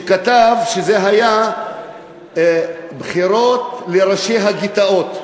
שזה היה בחירות לראשי הגטאות.